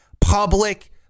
public